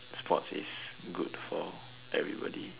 sports is good for everybody